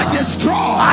destroy